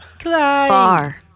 Far